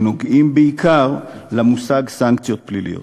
שנוגעים בעיקר למושג "סנקציות פליליות".